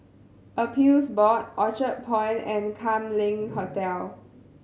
Appeals Board Orchard Point and Kam Leng Hotel